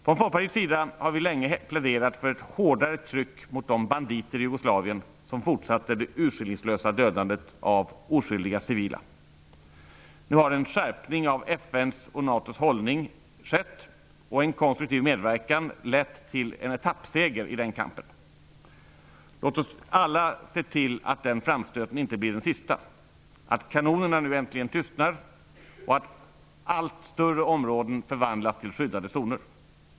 Från Folkpartiets sida har vi länge pläderat för ett hårdare tryck mot de banditer i Jugoslavien som fortsätter det urskillningslösa dödandet av oskyldiga civila. Nu har en skärpning av FN:s och NATO:s hållning och en konstruktiv medverkan från rysk sida lett till en etappseger i den kampen. Låt oss alla se till att den framstöten inte blir den sista, att kanonerna äntligen tystnar och att allt större områden förvandlas till skyddade zoner.